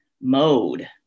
mode